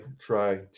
try